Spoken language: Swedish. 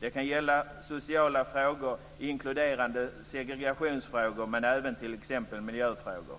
Det kan gälla sociala frågor inkluderande segregationsfrågor, men även t.ex. miljöfrågor.